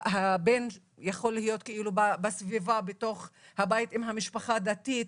הבן יכול להיות בסביבה בתוך הבית אם המשפחה דתית,